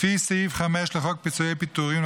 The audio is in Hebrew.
לפי סעיף 5 לחוק פיצויי פיטורים,